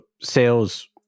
sales